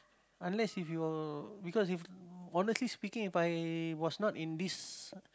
unless if your because if your because if honestly speaking If I was not in this